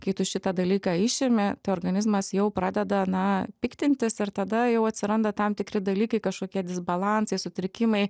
kai tu šitą dalyką išimi tai organizmas jau pradeda na piktintis ir tada jau atsiranda tam tikri dalykai kažkokie disbalansai sutrikimai